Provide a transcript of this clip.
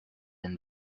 and